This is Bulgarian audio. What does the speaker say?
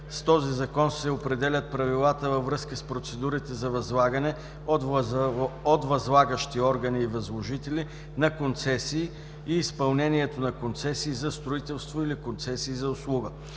С този закон се определят правилата във връзка с процедурите за възлагане, от възлагащи органи и възложители, на концесии и изпълнението на концесии за строителство или концесии за услуга.“